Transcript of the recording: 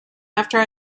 after